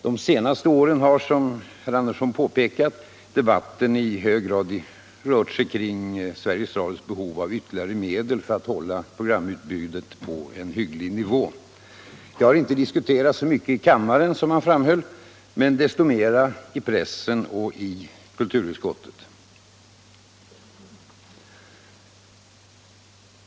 De senaste åren har, som herr Andersson i Lycksele påpekat, debatten i hög grad rört sig kring Sveriges Radios behov av ytterligare medel för att hålla programutbudet på en hygglig nivå. Det har, som herr Andersson också framhöll, inte diskuterats så mycket i kammaren men desto mer i pressen och i kulturutskottet.